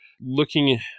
looking